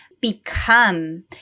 become